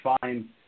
fine